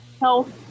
health